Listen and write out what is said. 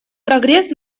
прогресс